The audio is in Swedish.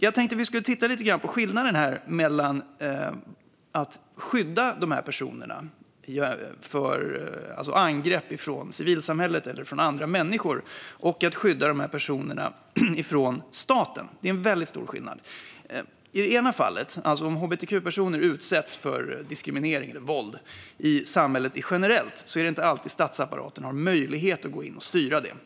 Jag tänkte att vi skulle titta lite grann på skillnaden mellan att skydda dessa personer från angrepp från civilsamhället eller från andra människor och att skydda dem från staten. Det är en väldigt stor skillnad. I det ena fallet, om hbtq-personer utsätts för diskriminering eller våld i samhället generellt, är det inte alltid statsapparaten har möjlighet att gå in och styra det.